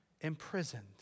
imprisoned